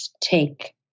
take